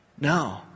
No